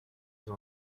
nous